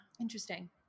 Interesting